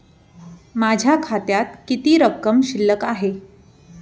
माझ्या खात्यात किती रक्कम शिल्लक आहे?